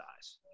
eyes